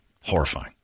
Horrifying